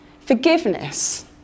forgiveness